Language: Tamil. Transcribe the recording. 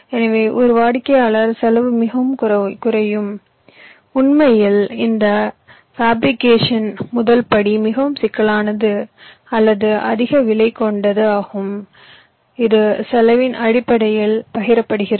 எனவே ஒரு வாடிக்கையாளர் செலவு மிகவும் குறையும் உண்மையில் இந்த புனைகதையின் முதல் படி மிகவும் சிக்கலானது அல்லது அதிக விலை கொண்டது ஆகும் இது செலவின் அடிப்படையில் பகிரப்படுகிறது